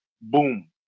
Boom